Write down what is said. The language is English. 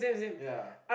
ya